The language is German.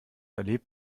erlebt